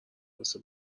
واسه